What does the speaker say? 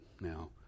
Now